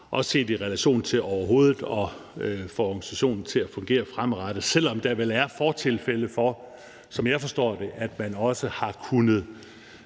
også set i relation til overhovedet at få organisationen til at fungere fremadrettet – selv om der vel er fortilfælde af, som jeg forstår det, at man har kunnet